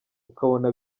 ukabona